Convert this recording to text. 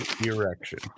erection